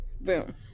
Boom